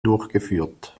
durchgeführt